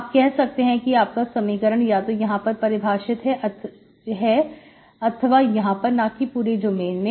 आप कह सकते हैं कि आपका समीकरण या तो यहां पर परिभाषित है अथवा यहां पर ना कि पूरे डोमेन में